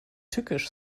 tückisch